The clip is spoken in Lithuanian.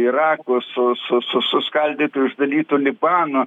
iraku su su su suskaldytu išdalytu libanu